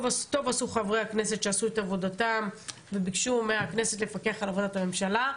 טוב עשו חברי הכנסת שעשו את עבודתם וביקשו מהכנסת לפקח על עבודת הממשלה.